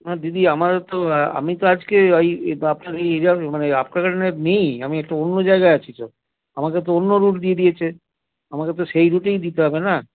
না দিদি আমার তো আমি তো আজকে ওই আপনার এই এরিয়ায় মানে আপনার ওখানে নেই আমি একটা অন্য জায়গায় আছি তো আমাকে তো অন্য রুট দিয়ে দিয়েছে আমাকে তো সেই রুটেই দিতে হবে না